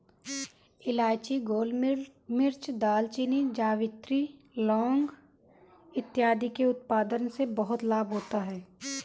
इलायची, गोलमिर्च, दालचीनी, जावित्री, लौंग इत्यादि के उत्पादन से बहुत लाभ होता है